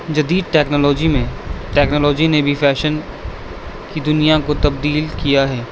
جدید ٹیکنالوجی میں ٹیکنالوجی نے بھی فیشن کی دنیا کو تبدیل کیا ہے